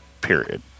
Period